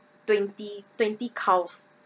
twenty twenty cows